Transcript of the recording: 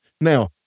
Now